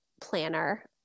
planner